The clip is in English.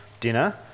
dinner